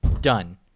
Done